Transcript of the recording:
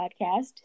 podcast